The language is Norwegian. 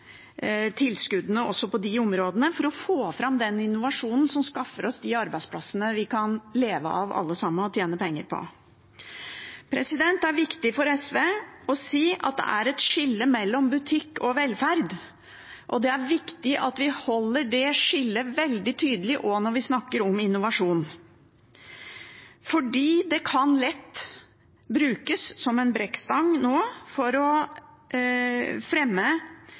tilskuddene også på de områdene for å få fram den innovasjonen som skaffer oss de arbeidsplassene vi alle sammen kan leve av og tjene penger på. Det er viktig for SV å si at det er et skille mellom butikk og velferd, og det er viktig at vi holder det skillet veldig tydelig også når vi snakker om innovasjon, for det kan lett brukes som en brekkstang for å fremme